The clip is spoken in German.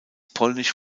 polnisch